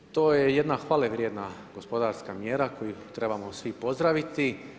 To je jedna hvale vrijedna gospodarska mjera, koju trebamo svi pozdraviti.